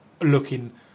looking